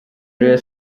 rayon